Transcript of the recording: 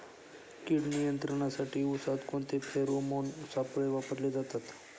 कीड नियंत्रणासाठी उसात कोणते फेरोमोन सापळे वापरले जातात?